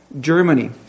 Germany